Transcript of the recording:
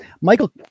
Michael